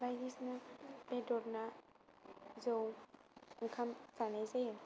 बायदिसना बेदर ना जौ आंखाम जानाय जायो